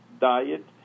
diet